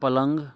पलंग